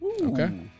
Okay